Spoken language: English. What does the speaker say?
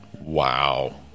Wow